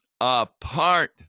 apart